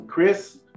Chris